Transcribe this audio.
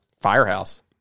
Firehouse